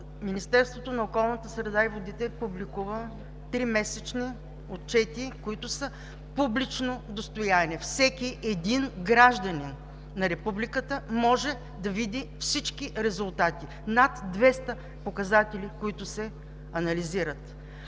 Министерството на околната среда и водите публикува тримесечни отчети, които са публично достояние. Всеки гражданин на републиката може да види всички резултати по над 200 показатели, които се анализират.